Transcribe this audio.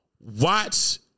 watch